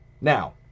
Now